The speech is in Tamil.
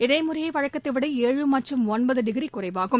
இதுமுறையேவழக்கத்தைவிட ஏழு மற்றும் ஒன்பதுடிகிரிகுறைவாகும்